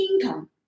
income